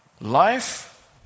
Life